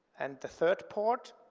and the third part,